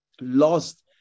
lost